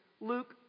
Luke